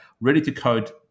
ready-to-code